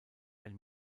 ein